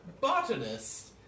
botanist